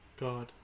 God